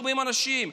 40 אנשים?